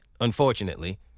unfortunately